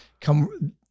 come